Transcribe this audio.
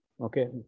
Okay